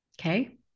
Okay